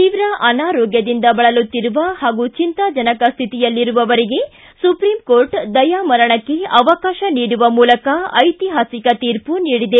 ತೀವ್ರ ಅನಾರೋಗ್ಯದಿಂದ ಬಳಲುತ್ತಿರುವ ಹಾಗೂ ಚಿಂತಾಜನಕ ಸ್ಥಿತಿಯಲ್ಲಿರುವವರಿಗೆ ಸುಪ್ರೀಂ ಕೋರ್ಟ್ ದಯಾ ಮರಣಕ್ಕೆ ಅವಕಾಶ ನೀಡುವ ಮೂಲಕ ಐತಿಹಾಸಿಕ ತೀರ್ಪು ನೀಡಿದೆ